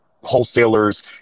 wholesalers